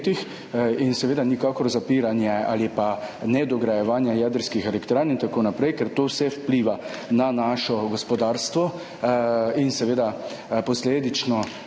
in seveda nikakor zapiranje ali nedograjevanje jedrskih elektrarn in tako naprej, ker to vse vpliva na naše gospodarstvo. Posledično